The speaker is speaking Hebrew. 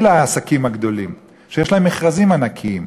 אלה העסקים הגדולים שיש להם מכרזים ענקיים,